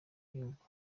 gihugu